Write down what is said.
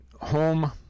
home